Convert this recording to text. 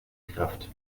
kraft